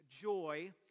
joy